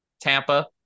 Tampa